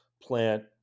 plant